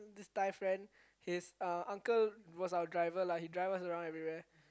this thai friend his uh uncle was our driver lah he drive us around everywhere